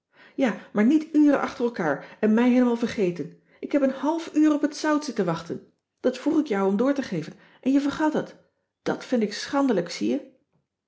ja maar niet uren achter elkaar en mij heelemaal vergeten ik heb een half uur op het zout zitten wachten cissy van marxveldt de h b s tijd van joop ter heul dat vroeg ik jou om door te geven en je vergat het dat vind ik schandelijk zie je